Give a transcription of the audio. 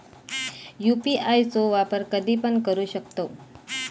UPI चो वापर कधीपण करू शकतव?